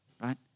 right